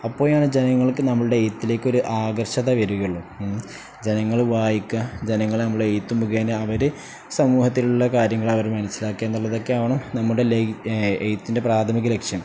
അപ്പോാണ് ജനങ്ങൾക്ക് നമ്മൾുടെ എയ്ുത്തിലേക്ക്ൊ ഒരു ആകർഷത വരകയുള്ളു ജനങ്ങള് വായിക്ക ജനങ്ങള് നമ്മള് എഴുത്തും മുുകേ് അവര് സമൂഹത്തിലുള്ള കാര്യങ്ങള് അവര് മനസ്സിലാക്കിയ എന്നുള്ളതൊക്കെയാാണ് നമ്മുടെ ല എഴുത്തിൻ്റെ പ്രാഥമിക ലക്ഷ്യം